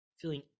feeling